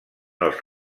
els